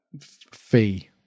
fee